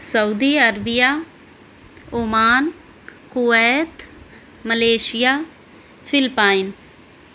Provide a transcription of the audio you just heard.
Saudi Arabia Oman Kuwait Malaysia Philippines